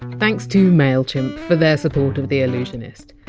thanks to mailchimp for their support of the allusionist.